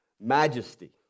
majesty